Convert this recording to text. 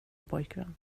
pojkvän